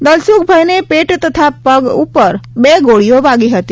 દલસુખભાઈને પેટ તથા પગ ઉપર બે ગોળીઓ વાગી હતી